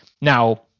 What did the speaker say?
Now